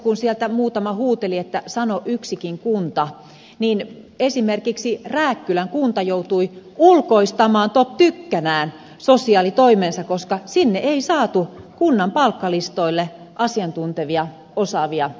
kun sieltä muutama huuteli että sano yksikin kunta niin esimerkiksi rääkkylän kunta joutui ulkoistamaan top tykkänään sosiaalitoimensa koska sinne ei saatu kunnan palkkalistoille asiantuntevia osaavia ihmisiä